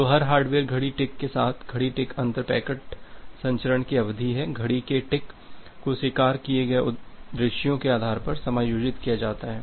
तो हर हार्डवेयर घड़ी टिक के साथ घड़ी टिक अंतर पैकेट संचरण की अवधि है घड़ी के टिक को स्वीकार किए गए दृश्यों के आधार पर समायोजित किया जाता है